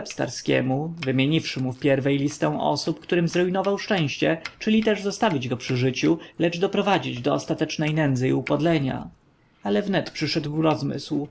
starskiemu wymieniwszy mu pierwiej listę osób którym zrujnował szczęście czyli też zostawić go przy życiu lecz doprowadzić do ostatecznej nędzy i upodlenia ale wnet przyszedł rozmysł